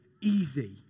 easy